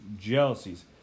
jealousies